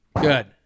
Good